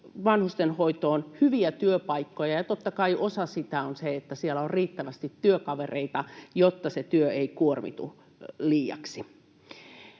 vanhustenhoitoon hyviä työpaikkoja. Totta kai osa sitä on se, että siellä on riittävästi työkavereita, jotta se työ ei kuormita liiaksi.